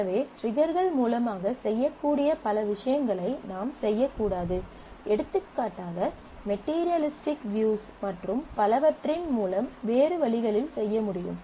எனவே ட்ரிகர்கள் மூலமாக செய்யக்கூடிய பல விஷயங்களை நாம் செய்யக்கூடாது எடுத்துக்காட்டாக மெட்டிரியலிஸ்டிக் வியூஸ் மற்றும் பலவற்றின் மூலம் வேறு வழிகளில் செய்ய முடியும்